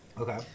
Okay